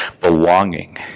Belonging